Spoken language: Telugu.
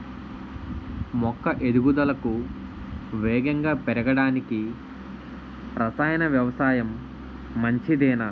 మొక్క ఎదుగుదలకు వేగంగా పెరగడానికి, రసాయన వ్యవసాయం మంచిదేనా?